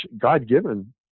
God-given